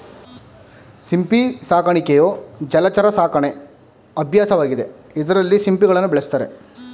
ಸಿಂಪಿ ಸಾಕಾಣಿಕೆಯು ಜಲಚರ ಸಾಕಣೆ ಅಭ್ಯಾಸವಾಗಿದೆ ಇದ್ರಲ್ಲಿ ಸಿಂಪಿಗಳನ್ನ ಬೆಳೆಸ್ತಾರೆ